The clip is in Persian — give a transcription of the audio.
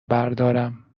بردارم